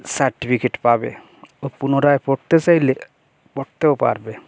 certificate পাবে ও পুনরায় পড়তে চাইলে পড়তেও পারবে